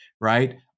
right